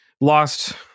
lost